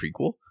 prequel